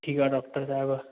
ठीकु आहे डॉक्टर साहिबु